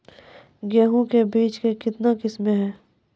गेहूँ के बीज के कितने किसमें है?